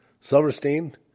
Silverstein